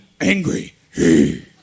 angry